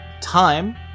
time